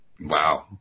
Wow